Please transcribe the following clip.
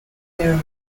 their